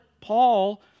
Paul